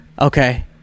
okay